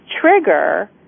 trigger